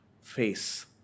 face